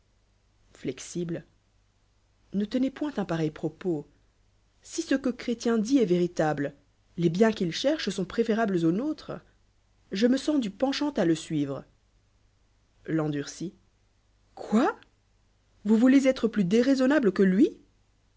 ble ne tenez point un p reil propos si ce que chrétien d eu véritable les biens qu'il cherd sone préférables aux nôtres je n sens du penchant le suivre l endurei quoi voot oufez êt plus déraisonnable que lui